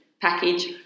package